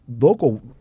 local